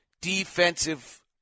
defensive